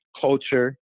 culture